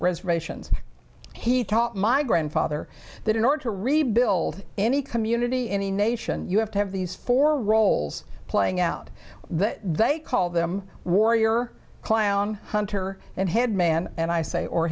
reservations he taught my grandfather that in order to rebuild any community any nation you have to have these four roles playing out that they call them warrior clowne her and had man and i say or